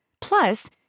Plus